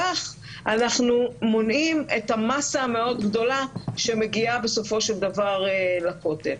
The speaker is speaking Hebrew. כך הם מונעים את המסה המאוד גדולה שמגיעה בסופו של דבר לכותל.